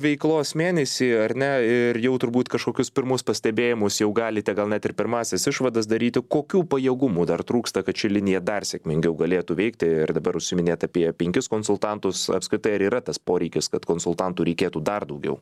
veiklos mėnesį ar ne ir jau turbūt kažkokius pirmus pastebėjimus jau galite gal net ir pirmąsias išvadas daryti kokių pajėgumų dar trūksta kad ši linija dar sėkmingiau galėtų veikti ir dabar užsiminėt apie penkis konsultantus apskritai ar yra tas poreikis kad konsultantų reikėtų dar daugiau